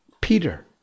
peter